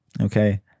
okay